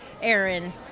Aaron